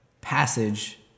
passage